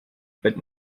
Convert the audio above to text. but